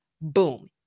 Boom